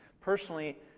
Personally